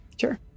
Sure